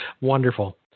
Wonderful